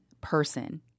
person